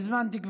תודה,